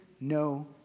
no